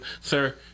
sir